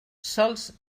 sols